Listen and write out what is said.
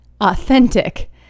authentic